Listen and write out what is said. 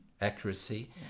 accuracy